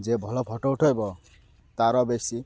ଯେ ଭଲ ଫଟୋ ଉଠେଇବ ତାର ବେଶୀ